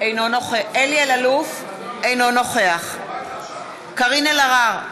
אינו נוכח קארין אלהרר,